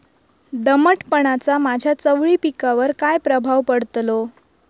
दमटपणाचा माझ्या चवळी पिकावर काय प्रभाव पडतलो?